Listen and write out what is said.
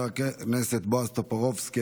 חבר הכנסת בועז טופורובסקי,